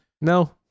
No